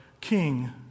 king